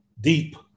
deep